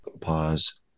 Pause